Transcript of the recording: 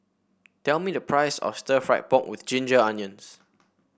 tell me the price of stir fry pork with Ginger Onions